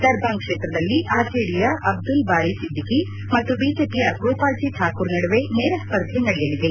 ದರ್ಬಾಂಗ್ ಕ್ಷೇತ್ರದಲ್ಲಿ ಆರ್ಜೆಡಿಯ ಅಬ್ದುಲ್ ಬಾರಿ ಸಿದ್ದಿಕಿ ಮತ್ತು ಬಿಜೆಪಿಯ ಗೋಪಾಲ್ ಜಿ ಠಾಕೂರ್ ನಡುವೆ ನೇರ ಸ್ಪರ್ಧೆ ನಡೆಯಲಿದೆ